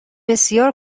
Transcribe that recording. بسیار